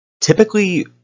Typically